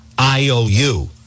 IOU